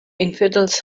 infidels